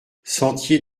sentier